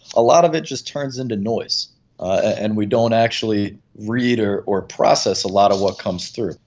a lot of it just turns into noise and we don't actually read or or process a lot of what comes through.